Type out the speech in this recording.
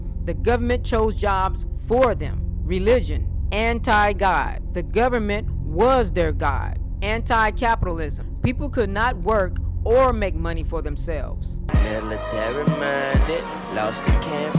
the government chose jobs for them religion anti guy the government was their guy anti capitalism people could not work or make money for themselves and